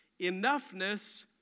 Enoughness